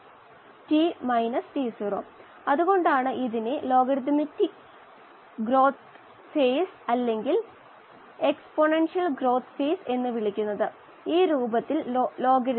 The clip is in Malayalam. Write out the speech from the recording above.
ഉത്പാദിപ്പിക്കപ്പെടുന്ന കറൻറ് ഓക്സിജൻ പെർമീബിൾ പാടയിലൂടെ ഓക്സിജന്റെ ഫ്ലക്സിന് ആനുപാതികമാണ് ഇത് ലയിച്ച ഓക്സിജന് ആനുപാതികമാണ് എന്നതാണു തത്ത്വം